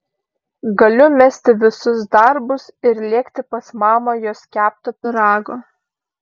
galiu mesti visus darbus ir lėkti pas mamą jos kepto pyrago